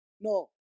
No